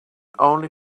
only